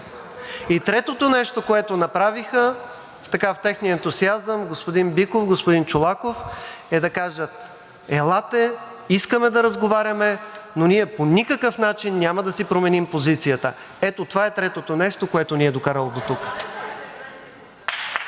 Третото нещо, което направиха така в техния ентусиазъм – господин Биков, господин Чолаков, е да кажат – елате, искаме да разговаряме, но ние по никакъв начин няма да си променим позицията. Ето това е третото нещо, което ни е докарало дотук. (Частични